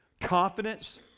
confidence